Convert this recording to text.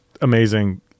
amazing